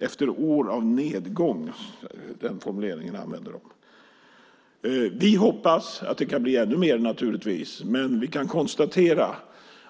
De använde formuleringen "efter år av nedgång". Vi hoppas naturligtvis att det kan bli ännu mer, men vi kan konstatera